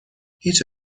هیچ